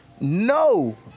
no